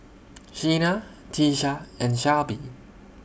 Sheena Tisha and Shelbie